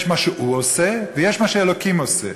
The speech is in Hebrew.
יש מה שהוא עושה ויש מה שאלוקים עושה.